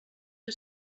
que